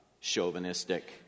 chauvinistic